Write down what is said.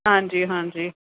ਹਾਂਜੀ ਹਾਂਜੀ